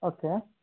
okay